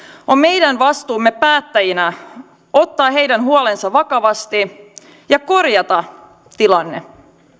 on meidän vastuumme päättäjinä ottaa heidän huolensa vakavasti ja korjata tilanne